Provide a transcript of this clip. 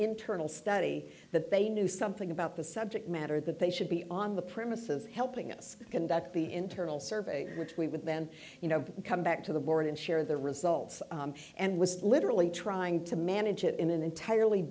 internal study that they knew something about the subject matter that they should be on the premises helping us conduct the internal survey which we would then you know come back to the board and share the results and was literally trying to manage it in an entirely